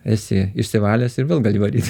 esi išsivalęs ir vėl gali varyt